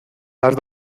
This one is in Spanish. las